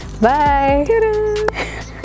bye